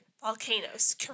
Volcanoes